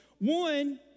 One